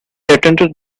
attended